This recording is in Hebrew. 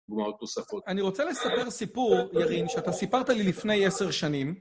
דוגמאות נוספות. אני רוצה לספר סיפור, ירין, שאתה סיפרת לי לפני 10 שנים.